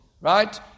Right